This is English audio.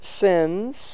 sins